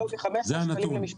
זה הנתון.